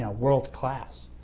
yeah world class.